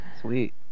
Sweet